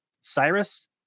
Cyrus